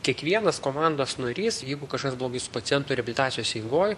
kiekvienas komandos narys jeigu kažkas blogai su pacientu reabilitacijos eigoj